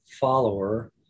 follower